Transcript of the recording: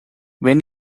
when